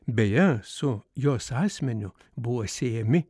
beje su jos asmeniu buvo siejami